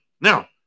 Now